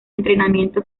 entrenamiento